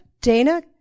Dana